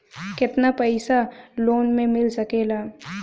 केतना पाइसा लोन में मिल सकेला?